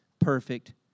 perfect